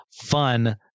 fun